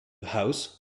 house